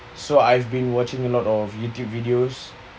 so I've been watching a lot of youtube videos